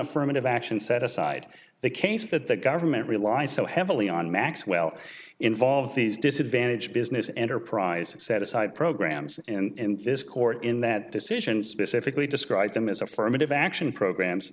affirmative action set aside the case that the government relies so heavily on maxwell involved these disadvantaged business enterprise set aside programs and this court in that decision specifically described them as affirmative action programs